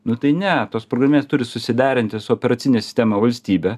nu tai ne tos programėlės turi susiderinti su operacine sistema valstybe